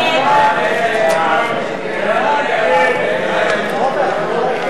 הצעת סיעות מרצ העבודה להביע אי-אמון בממשלה לא נתקבלה.